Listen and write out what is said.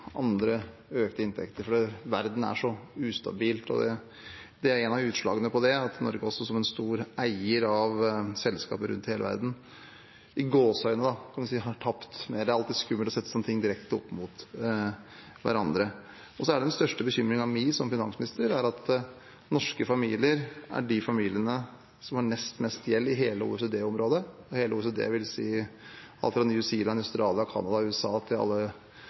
andre økte inntekter, for verden er så ustabil. Et av utslagene på det er at Norge, som en stor eier av selskaper rundt om hele verden, kan vi si «har tapt» – men det er alltid skummelt å sette ting direkte opp mot hverandre. Den største bekymringen min som finansminister er at norske familier er de familiene som har nest mest gjeld i hele OECD-området. Hele OECD vil si alt fra New Zealand, Australia, Canada og USA til alle